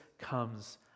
comes